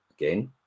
Again